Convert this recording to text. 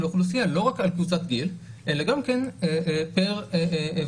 אוכלוסיה לא רק על קבוצת גיל אלא גם כן פר וריאנט,